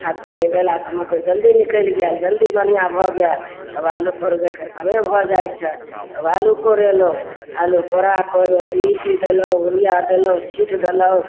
खाद पानि देलासँ मकइ जल्दी निकलि गेल जल्दी बढ़िआँ भऽ गेल तब आलू कोरबयके समय भऽ जाइ छै तब आलू कोरेलहुँ आलू कोराके ओइमे डी ए पी देलहुँ यूरिया देलहुँ छींट देलहुँ